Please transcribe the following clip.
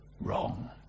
wrong